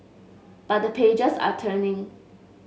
but the pages are turning